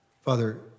Father